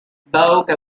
bogue